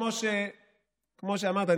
כמו שאמרת,